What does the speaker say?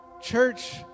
Church